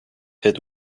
hit